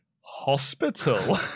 hospital